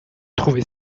trouver